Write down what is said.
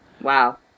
Wow